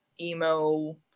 emo